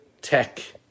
tech